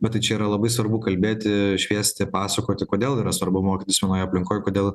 bet tai čia yra labai svarbu kalbėti šviesti pasakoti kodėl yra svarbu mokytis vienoje aplinkoj kodėl